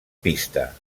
pista